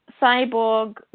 Cyborg